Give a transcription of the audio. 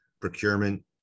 procurement